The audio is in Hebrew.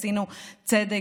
עשינו צדק,